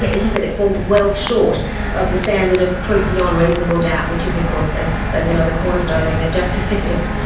he said it falls well short of the standard of proof beyond reasonable doubt, which is of course as as you know, the cornerstone of the justice system.